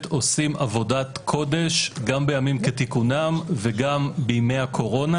עושים עבודת קודש גם בימים כתיקונם וגם בימי הקורונה